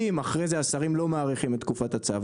אם אחרי זה השרים לא מאריכים את תקופת הצו,